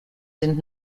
sind